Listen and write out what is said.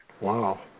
Wow